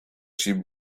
she